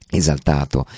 esaltato